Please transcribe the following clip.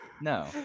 No